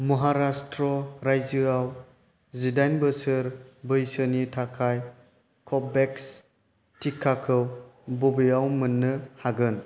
महाराष्ट्र रायजोयाव जिडाइन बोसोर बैसोनि थाखाय कव'भेक्स टिकाखौ बबेयाव मोननो हागोन